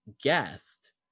guest